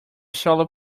solar